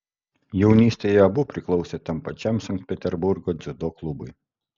jaunystėje abu priklausė tam pačiam sankt peterburgo dziudo klubui